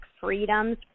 freedoms